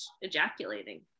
ejaculating